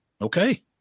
Okay